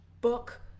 book